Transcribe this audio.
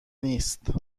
نیست